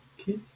okay